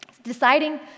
Deciding